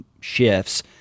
shifts